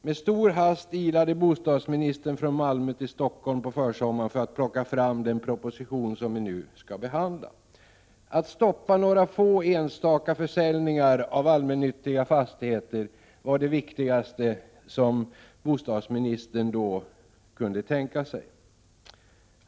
Med stor hast ilade bostadsministern från Malmö till Stockholm på försommaren för att plocka fram den proposition som vi nu skall behandla. Att stoppa några få försäljningar av allmännyttiga fastigheter var det viktigaste som Sveriges bostadsminister då kunde tänka sig.